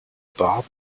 bahr